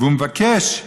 והוא מבקש,